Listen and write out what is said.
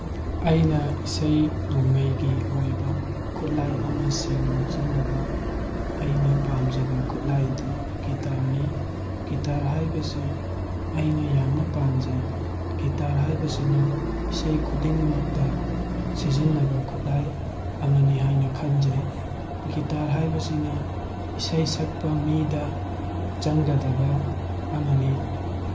ꯑꯩꯅ ꯏꯁꯩ ꯅꯣꯡꯃꯥꯏꯒꯤ ꯑꯣꯏꯕ ꯈꯨꯠꯂꯥꯏ ꯑꯃ ꯁꯤꯖꯤꯟꯅꯅꯕ ꯑꯩꯅ ꯄꯥꯝꯖꯕ ꯈꯨꯠꯂꯥꯏꯗꯤ ꯒꯤꯇꯥꯔꯅꯤ ꯒꯤꯇꯥꯔ ꯍꯥꯏꯕꯁꯤ ꯑꯩꯅ ꯌꯥꯝꯅ ꯄꯥꯝꯖꯩ ꯒꯤꯇꯥꯔ ꯍꯥꯏꯕꯁꯤꯅ ꯏꯁꯩ ꯈꯨꯗꯤꯡꯃꯛꯇ ꯁꯤꯖꯤꯟꯅꯕ ꯈꯨꯠꯂꯥꯏ ꯑꯃꯅꯤ ꯍꯥꯏꯅ ꯈꯟꯖꯩ ꯒꯤꯇꯥꯔ ꯍꯥꯏꯕꯁꯤꯅ ꯏꯁꯩ ꯁꯛꯄ ꯃꯤꯗ ꯆꯪꯒꯗꯕ ꯑꯃꯅꯤ